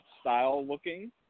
style-looking